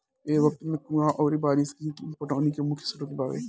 ए वक्त में कुंवा अउरी बारिस ही पटौनी के मुख्य स्रोत बावे